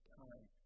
time